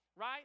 right